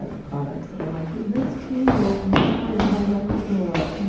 ah products that are like, this tea will restore your whole microflora.